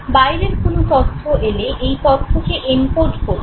বাইরের কোন তথ্য এলে এই তথ্যকে এনকোড করতে হয়